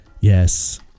Yes